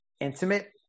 intimate